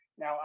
Now